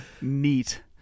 neat